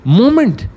moment